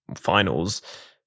finals